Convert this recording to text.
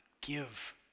give